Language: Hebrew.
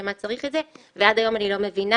אני חושב שמה שהיה צריך להיות, אני רואה